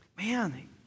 Man